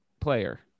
player